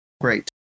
great